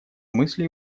мысли